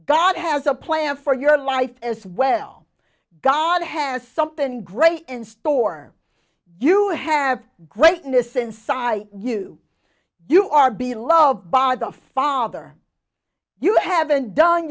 god has a plan for your life as well god has something great in store you have greatness inside you you are being loved by the father you haven't done